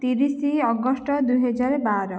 ତିରିଶି ଅଗଷ୍ଟ ଦୁଇ ହଜାର ବାର